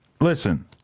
listen